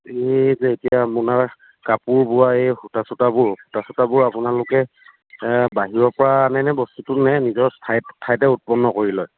এই যে এতিয়া আপোনাৰ কাপোৰ বোৱা এই সূতা চুতাবোৰ সূতা চুতাবোৰ আপোনালোকে বাহিৰৰ পৰা আনে নে বস্তুটো নে নিজৰ ঠাইত ঠাইতে উৎপন্ন কৰি লয়